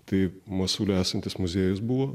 tai masule esantis muziejus buvo